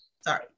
Sorry